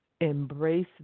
Embrace